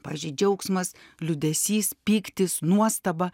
pavyzdžiui džiaugsmas liūdesys pyktis nuostaba